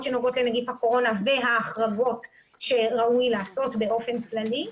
שנוגעות לנגיף הקורונה וההחרגות שראוי לעשות באופן כללי,